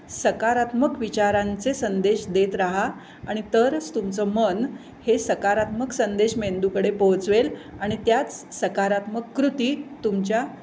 सकारात्मक विचारांचे संदेश देत राहा आणि तरच तुमचं मन हे सकारात्मक संदेश मेंदूकडे पोहचवेल आणि त्याच सकारात्मक कृती तुमच्या